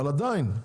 אבל עדיין.